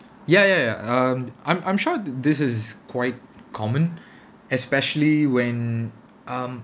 ya ya ya um I'm I'm sure th~ this is quite common especially when um